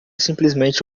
simplesmente